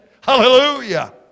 Hallelujah